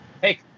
hey